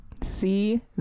See